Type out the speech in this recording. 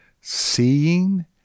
seeing